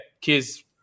kids